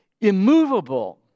immovable